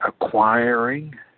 acquiring